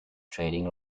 trading